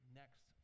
next